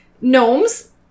Gnomes